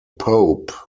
pope